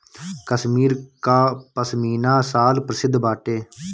कश्मीर कअ पशमीना शाल प्रसिद्ध बाटे